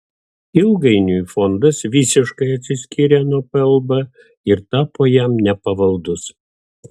ilgainiui fondas visiškai atsiskyrė nuo plb ir tapo jam nepavaldus